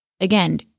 again